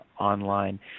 online